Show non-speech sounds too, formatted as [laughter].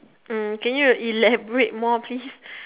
uh can you elaborate more please [breath]